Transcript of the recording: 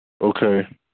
Okay